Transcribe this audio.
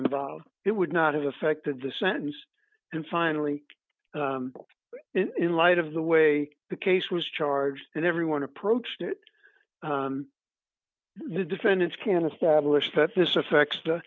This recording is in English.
involved it would not have affected the sentence and finally in light of the way the case was charged and everyone approached it the defendants can establish that this affects the